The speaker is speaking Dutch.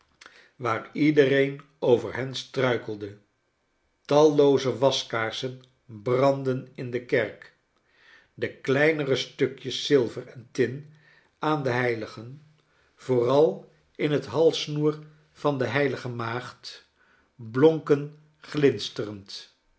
waar iedereen over hen struikelde tallooze waskaarsen brandden in de kerk dc kleine stukjes zilver en tin aan de heiligen vooral in het halssnoer van de heilige maagd blonken